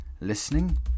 listening